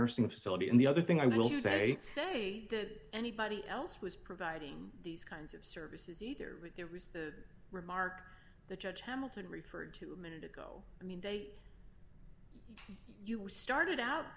nursing facility and the other thing i will say you say that anybody else was providing these kinds of services either with their research the remark the judge hamilton referred to a minute ago i mean they started out